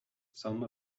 some